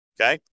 Okay